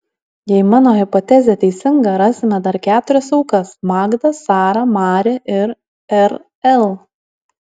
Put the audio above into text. jei mano hipotezė teisinga rasime dar keturias aukas magdą sarą mari ir rl